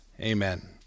Amen